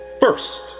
first